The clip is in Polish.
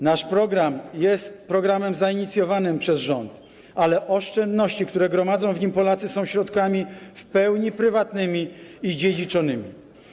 Nasz program jest programem zainicjowanym przez rząd, ale oszczędności, które gromadzą dzięki niemu Polacy, są środkami w pełni prywatnymi i dziedziczonymi.